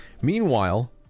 Meanwhile